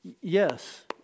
Yes